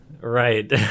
Right